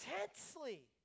intensely